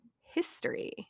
history